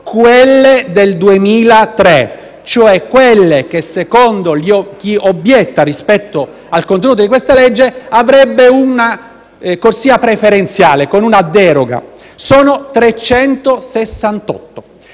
quelle del 2003, cioè quelle che secondo chi obietta rispetto al contenuto di questa legge avrebbero una corsia preferenziale con una deroga, sono 368: